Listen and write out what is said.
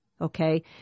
Okay